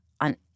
on